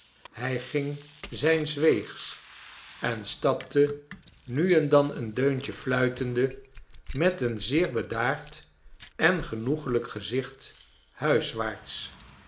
hij ging zijns weegs en stapte nu en dan een deuntje fluitende met een zeer bedaard en genoeglijk gezicht huiswaarts